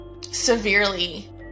severely